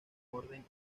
orden